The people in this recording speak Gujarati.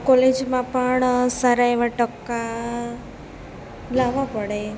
કોલેજમાં પણ સારા એવા ટકા લાવવા પડે